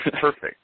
perfect